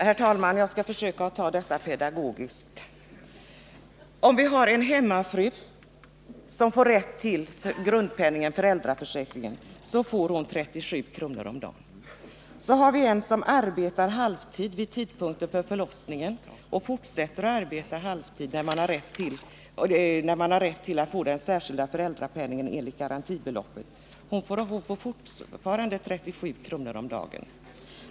Herr talman! Jag skall försöka ta detta pedagogiskt. En hemmafru, som har rätt till hel föräldrapenning, får 37 kr. om dagen. En kvinna, som arbetar halvtid vid tiden för förlossningen och fortsätter att arbeta halvtid samt har rätt att få den särskilda föräldrapenningen enligt garantinivån, får fortfarande 37 kr. om dagen.